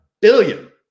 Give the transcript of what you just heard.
billion